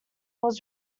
was